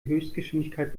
höchstgeschwindigkeit